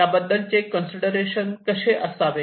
त्याबद्दलचे कन्सिदरेशन कसे असावे